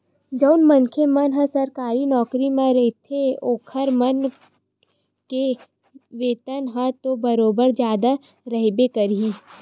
जउन मनखे मन ह सरकारी नौकरी म रहिथे ओखर मन के वेतन ह तो बरोबर जादा रहिबे करही